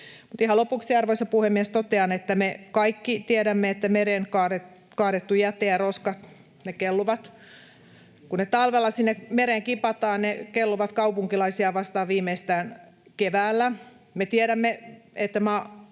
lopuksi, arvoisa puhemies, totean, että me kaikki tiedämme, että meren kaadettu jäte ja roskat kelluvat. Kun ne talvella sinne mereen kipataan, ne kelluvat kaupunkilaisia vastaan viimeistään keväällä. Me tiedämme, että